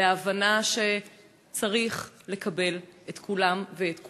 להבנה שצריך לקבל את כולם ואת כולן.